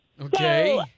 Okay